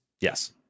Yes